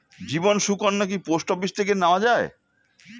জীবন সুকন্যা কি post office থেকে নেওয়া যায়?